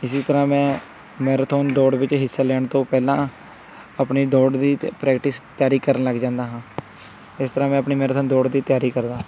ਇਸੀ ਤਰ੍ਹਾਂ ਮੈਂ ਮੈਰਾਥੋਨ ਦੌੜ ਵਿੱਚ ਹਿੱਸਾ ਲੈਣ ਤੋਂ ਪਹਿਲਾਂ ਆਪਣੀ ਦੌੜ ਦੀ ਤੇ ਪ੍ਰੈਕਟਿਸ ਤਿਆਰੀ ਕਰਨ ਲੱਗ ਜਾਂਦਾ ਹਾਂ ਇਸ ਤਰ੍ਹਾਂ ਮੈਂ ਆਪਣੀ ਮੈਰਾਥੋਨ ਦੌੜ ਦੀ ਤਿਆਰੀ ਕਰਦਾ